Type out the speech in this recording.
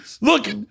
look